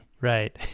Right